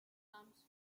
comes